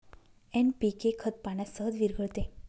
NPK खत पाण्यात सहज विरघळते